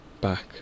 back